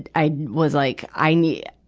and i was like, i need,